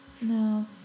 no